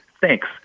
thanks